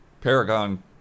Paragon